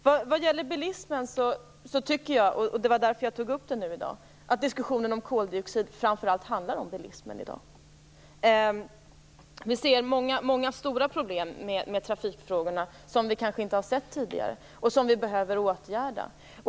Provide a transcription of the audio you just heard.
Vad gäller bilismen tycker jag, och det var därför jag tog upp frågan här i dag, att diskussionen om koldioxid framför allt handlar om bilismen. Vi ser många stora problem med trafikfrågorna, som vi kanske inte har sett tidigare och som vi behöver åtgärda.